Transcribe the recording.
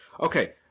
okay